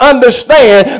understand